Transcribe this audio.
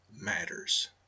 matters